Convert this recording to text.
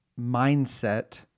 mindset